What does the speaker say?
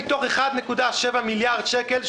מתוך 1.7 מיליארד שקלים,